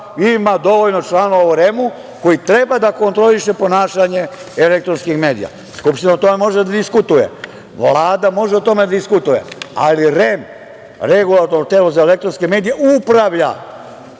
ima dovoljno članova u REM-u koji treba da kontroliše ponašanje elektronskih medija. Skupština o tome može da diskutuje, Vlada može o tome da diskutuje, ali REM, Regulatorno telo za elektronske medije, upravlja